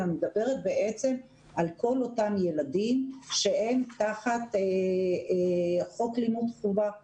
אני מדברת בעצם על כל אותם ילדים שהם תחת חוק לימוד חובה 1949,